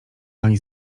ani